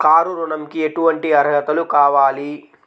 Car ఋణంకి ఎటువంటి అర్హతలు కావాలి?